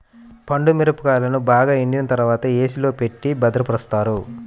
పండు మిరపకాయలను బాగా ఎండిన తర్వాత ఏ.సీ లో పెట్టి భద్రపరుస్తారు